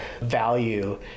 value